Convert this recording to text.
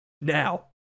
Now